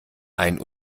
ein